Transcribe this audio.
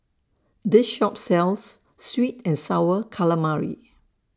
This Shop sells Sweet and Sour Calamari